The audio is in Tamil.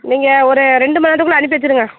நீங்கள் ஒரு ரெண்டு மநேரத்துக்குள்ளே அனுப்பி வச்சுடுங்க